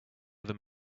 them